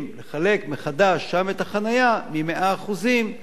לחלק מחדש שם את החנייה מ-100% ל-66%.